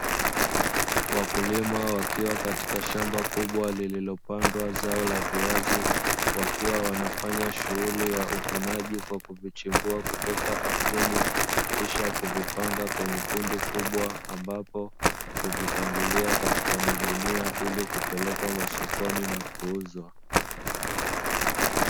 Wakulima wakiwa katika shamba kubwa lililopandwa zao la viazi wakiwa wanafanya shughuli ya uvunaji kwa kuvichimbua kutoka ardhini kisha kuvipanga kwenye kundi kubwa, ambapo huvipangilia katika magunia ili kupelekwa sokoni na kuuzwa.